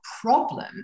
problem